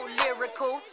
lyrical